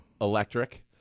electric